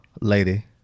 lady